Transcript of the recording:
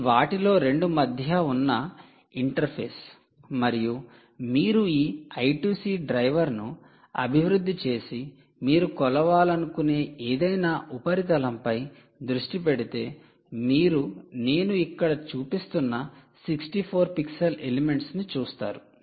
ఇది వాటిలో 2 మధ్య ఉన్న ఇంటర్ఫేస్ మరియు మీరు ఈ 'I2C' డ్రైవర్ను అభివృద్ధి చేసి మీరు కొలవాలనుకునే ఏదైనా ఉపరితలంపై దృష్టి పెడితే మీరు నేను ఇక్కడ చూపిస్తున్న 64 పిక్సెల్ ఎలెమెంట్స్ ను చూస్తారు